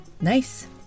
Nice